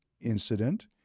incident